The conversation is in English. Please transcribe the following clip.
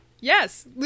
Yes